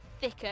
thicker